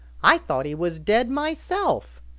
i thought he was dead myself.